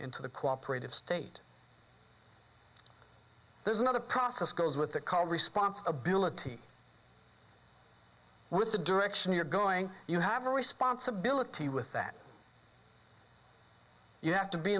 into the cooperative state there's another process goes with the call responsibility with the direction you're going you have a responsibility with that you have to be